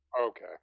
Okay